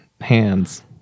hands